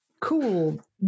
cool